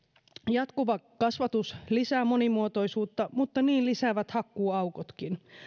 jatkuva kasvatus lisää monimuotoisuutta mutta niin lisäävät hakkuuaukotkin